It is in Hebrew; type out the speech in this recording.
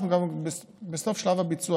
אנחנו בסוף שלב הביצוע,